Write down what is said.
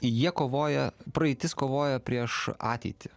jie kovoja praeitis kovoja prieš ateitį